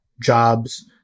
jobs